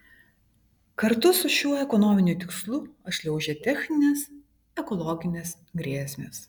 kartu su šiuo ekonominiu tikslu atšliaužia techninės ekologinės grėsmės